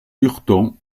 lurton